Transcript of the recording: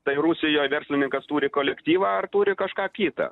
tai rusijoj verslininkas turi kolektyvą ar turi kažką kitą